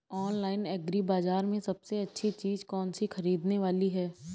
Online agri बाजार में सबसे अच्छी चीज कौन सी ख़रीदने वाली है?